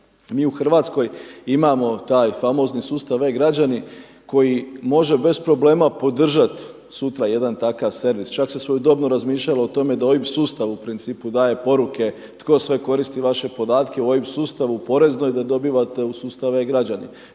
Mi u Hrvatskoj imamo taj famozni sustav e-Građani koji može bez problema podržati sutra jedan takav servis, čak se svojedobno razmišljalo o tome da OIB sustavu u principu daje poruke tko sve koristi vaše podatke, u OIB sustavu u poreznoj da dobivate u sustav e-Građani